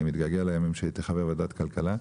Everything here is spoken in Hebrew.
אני מתגעגע לימים שהייתי חבר ועדת כלכלה.